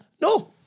No